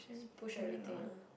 push everything ah